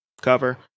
cover